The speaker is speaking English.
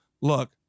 Look